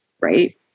right